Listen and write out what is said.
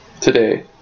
today